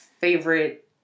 favorite